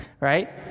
right